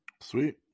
Sweet